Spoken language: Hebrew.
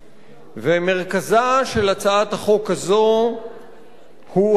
מרכזה של הצעת החוק הזאת הוא העיקרון